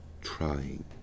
trying